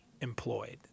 employed